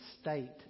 state